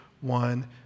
one